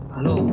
Hello